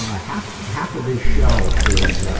ah, half half of this show is ah,